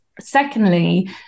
Secondly